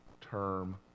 term